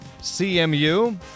CMU